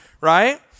right